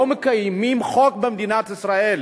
לא מקיימים חוק במדינת ישראל,